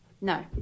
No